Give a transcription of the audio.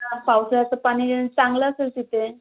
पावसाळ्याचं पाणी येणं चांगलं असेल तिथे